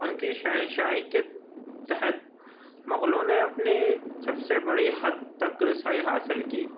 اُن کی شہنشاہی کے تحت مغلوں نے اپنی سب سے بڑی حد تک رسائی حاصل کی